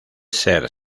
ser